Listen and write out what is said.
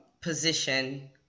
position